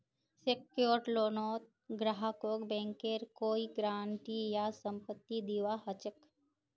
secured लोनत ग्राहकक बैंकेर कोई गारंटी या संपत्ति दीबा ह छेक